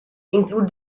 include